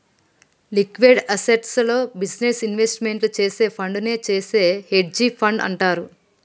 liquid అసెట్స్లో business investment చేసే ఫండునే చేసే హెడ్జ్ ఫండ్ అంటారు